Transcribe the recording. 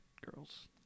girls